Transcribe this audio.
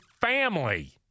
family